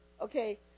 okay